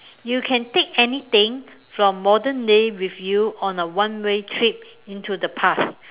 you can take anything from modern day with you on a one way trip into the past